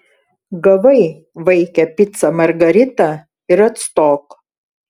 gavai vaike picą margaritą ir atstok